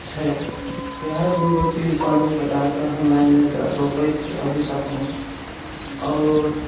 छै इएह दू गो चीज पानि पटाकऽ हमरा एने तऽ रोपै छै अभी तकमे आओर